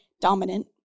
dominant